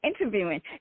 interviewing